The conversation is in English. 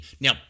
Now